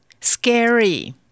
Scary